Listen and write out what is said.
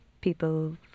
people